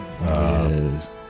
Yes